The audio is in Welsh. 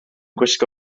gwisgo